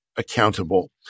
accountable